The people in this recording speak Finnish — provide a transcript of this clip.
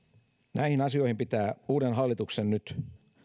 näihin asioihin pitää uuden hallituksen nyt